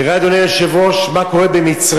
תראה, אדוני היושב-ראש, מה קורה במצרים.